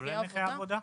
כולל נכי עבודה?